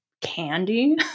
candy